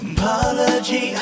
Apology